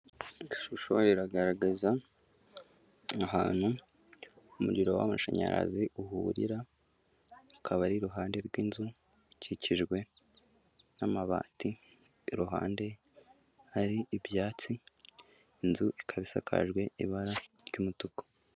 Ishusho iragaragaza ahantu umuriro w'amashanyarazi uhurira akaba ari iruhande rw'inzu ikikijwe n'amabati iruhande hari ibyatsi, inzu ikaba isakajwe ibara ry'umutuku.